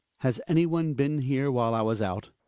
has anyone been here while i was out?